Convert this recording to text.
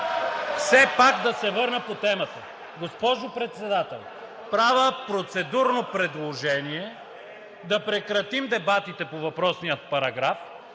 все пак да се върна по темата. Госпожо Председател, правя процедурно предложение да прекратим дебатите по въпросния параграф,